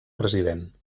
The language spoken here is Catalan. president